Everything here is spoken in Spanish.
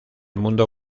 mundo